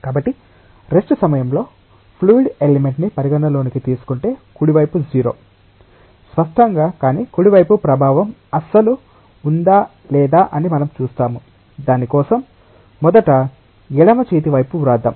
కాబట్టి రెస్ట్ సమయంలో fluid element ని పరిగణనలోకి తీసుకుంటే కుడి వైపు 0 స్పష్టంగా కానీ కుడి వైపు ప్రభావం అస్సలు ఉందా లేదా అని మనం చూస్తాము దాని కోసం మొదట ఎడమ చేతి వైపు వ్రాద్దాం